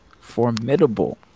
Formidable